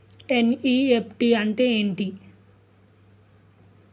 NEFT అంటే ఎంటి?